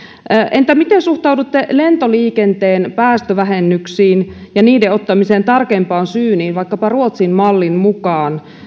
entä miten suhtaudutte lentoliikenteen päästövähennyksiin ja niiden ottamiseen tarkempaan syyniin vaikkapa ruotsin mallin mukaan